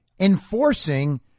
enforcing